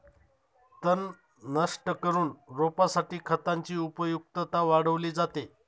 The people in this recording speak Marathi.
तण नष्ट करून रोपासाठी खतांची उपयुक्तता वाढवली जाते